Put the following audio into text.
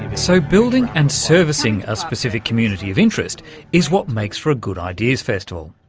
so building and servicing a specific community of interest is what makes for a good ideas festival,